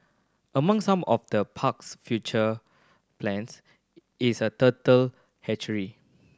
among some of the park's future plans is a turtle hatchery